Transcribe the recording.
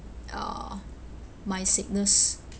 uh my sickness